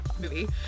movie